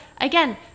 again